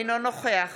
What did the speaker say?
אינו נוכח